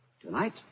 Tonight